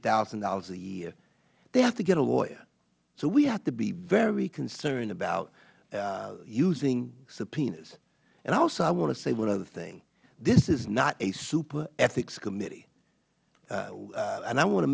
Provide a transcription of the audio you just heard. thousand dollars a year they have to get a lawyer so we have to be very concerned about using subpoenas and also i want to say one other thing this is not a super ethics committee and i want to